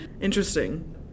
Interesting